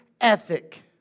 ethic